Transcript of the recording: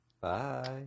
Bye